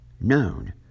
known